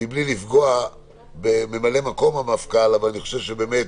מבלי לפגוע בממלא מקום המפכ"ל, אבל אני חושב שבאמת